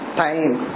time